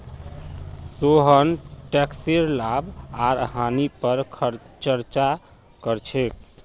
सोहन टैकसेर लाभ आर हानि पर चर्चा कर छेक